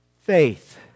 faith